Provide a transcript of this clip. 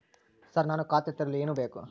Sir ನಾನು ಖಾತೆ ತೆರೆಯಲು ಏನು ಬೇಕು?